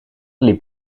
liep